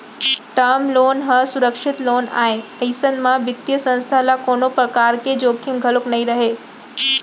term loan ह सुरक्छित loan आय अइसन म बित्तीय संस्था ल कोनो परकार के जोखिम घलोक नइ रहय